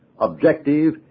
objective